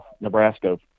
Nebraska